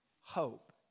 hope